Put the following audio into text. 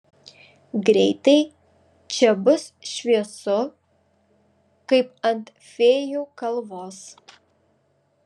greitai čia bus šviesu kaip ant fėjų kalvos